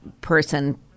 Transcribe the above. person